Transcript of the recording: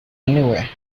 anyway